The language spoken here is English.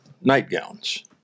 nightgowns